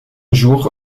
jour